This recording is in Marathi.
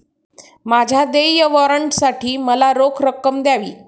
माझ्या देय वॉरंटसाठी मला रोख रक्कम द्यावी